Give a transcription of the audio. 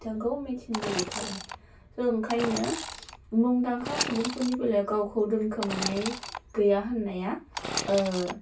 बिथांखौ मिन्थिनो लुगैखागोन स ओंखायनो मुंदांखा सुबुंफोरनि बेलायाव गावखौ दोनखोमानाय गैया होननाया